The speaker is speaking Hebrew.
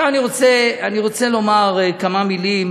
עכשיו אני רוצה לומר כמה מילים